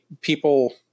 people